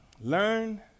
learn